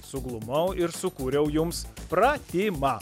suglumau ir sukūriau jums pratimą